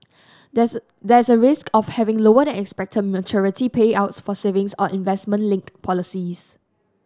there's there is a risk of having lower than expected maturity payouts for savings or investment linked policies